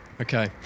okay